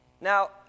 Now